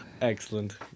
excellent